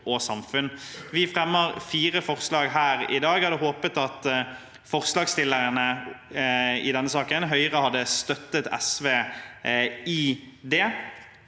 Vi fremmer fire forslag her i dag. Jeg hadde håpet at forslagsstillerne bak denne saken, Høyre, hadde støttet SV i dette.